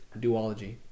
duology